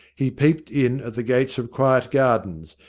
he peeped in at the gates of quiet gardens,